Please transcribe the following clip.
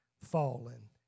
fallen